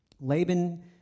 Laban